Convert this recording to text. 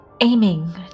aiming